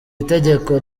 itegeko